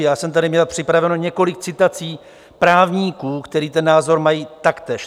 Měl jsem tady připraveno několik citací právníků, kteří ten názor mají taktéž.